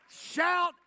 shout